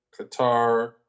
Qatar